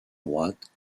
droites